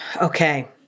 Okay